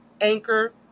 Anchor